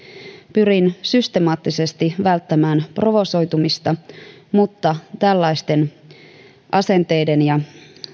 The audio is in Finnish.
pyrin systemaattisesti välttämään provosoitumista mutta tällaisten asenteiden ja